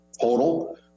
total